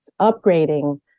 upgrading